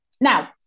Now